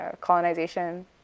colonization